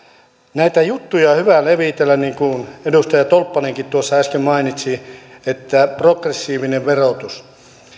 näitä juttuja on hyvä levitellä niin kuin edustaja tolppanenkin tuossa äsken mainitsi että on progressiivinen verotus